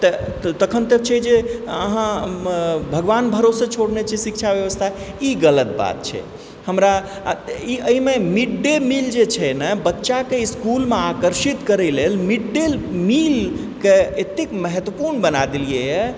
तऽ तखन तऽ छै जे अहाँ भगवान भरोसे छोड़ने छियै शिक्षाके व्यवस्था ई गलत बात छै हमरा ई अइमे मिड डे मील जे छै ने बच्चाके इसकुलमे आकर्षित करय लेल मिड डे मीलके अते महत्त्वपूर्ण बना देलियै हइ